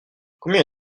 combien